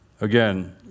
again